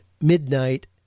midnight